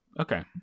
Okay